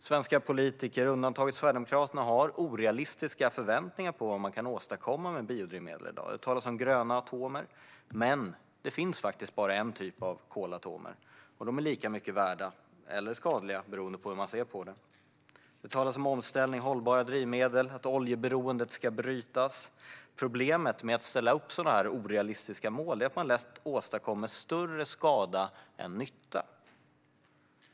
Svenska politiker, undantaget oss i Sverigedemokraterna, har orealistiska förväntningar på vad man kan åstadkomma med biodrivmedel i dag. Det talas om gröna kolatomer. Men det finns faktiskt bara en typ av kolatom, och de är lika mycket värda eller skadliga, beroende på hur man ser på det. Det talas om omställning, hållbara drivmedel och att oljeberoendet ska brytas. Problemet med att ställa upp sådana här orealistiska mål är att man lätt åstadkommer större skada än nytta.